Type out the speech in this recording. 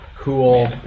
Cool